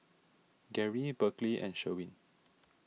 Gary Berkley and Sherwin